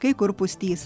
kai kur pustys